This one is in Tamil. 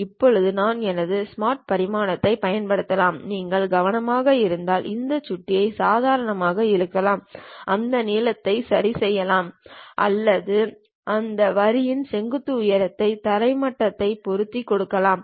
இப்போது நான் எனது ஸ்மார்ட் பரிமாணத்தைப் பயன்படுத்தலாம் நீங்கள் கவனமாக இருந்தால் இந்த சுட்டியை சாதாரணமாக இழுக்கலாம் அந்த நீளத்தை சரிசெய்யலாம் அல்லது அந்த வரியின் செங்குத்து உயரத்தை தரை மட்டத்தைப் பொறுத்து கொடுக்கலாம்